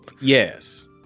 yes